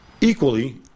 Equally